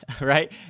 right